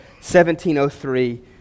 1703